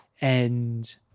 And-